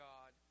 God